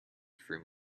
through